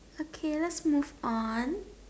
okay let's move on